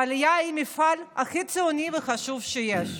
והעלייה היא המפעל הכי ציוני והחשוב שיש,